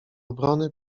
obrony